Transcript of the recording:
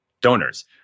donors